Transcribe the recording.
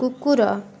କୁକୁର